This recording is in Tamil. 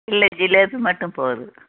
இல்லை ஜிலேபி மட்டும் போதும்